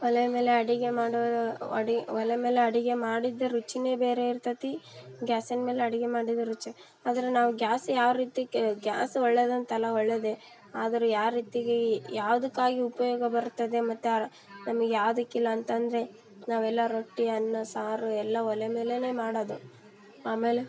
ಒಲೆ ಮೇಲೆ ಅಡಿಗೆ ಮಾಡೋ ಒಲೆ ಒಲೆ ಮೇಲೆ ಅಡಿಗೆ ಮಾಡಿದ ರುಚಿನೆ ಬೇರೆ ಇರ್ತದೆ ಗ್ಯಾಸಿನ ಮೇಲೆ ಅಡಿಗೆ ಮಾಡಿದ ರುಚಿ ಆದರೆ ನಾವು ಗ್ಯಾಸ್ ಯಾವ್ರೀತಿ ಗ್ಯಾಸ್ ಒಳ್ಳೇದು ಅಂತಲ್ಲ ಒಳ್ಳೇದೆ ಆದ್ರೆ ಯಾವ ರೀತಿಯಾಗೀ ಯಾವ್ದಕ್ಕಾಗಿ ಉಪಯೋಗ ಬರ್ತದೆ ಮತ್ತು ಆ ನಮಗೆ ಯಾವ್ದಕ್ಕೆ ಇಲ್ಲ ಅಂತಂದರೆ ನಾವೆಲ್ಲ ರೊಟ್ಟಿ ಅನ್ನ ಸಾರು ಎಲ್ಲ ಒಲೆ ಮೇಲೆ ಮಾಡೋದು ಆಮೇಲೆ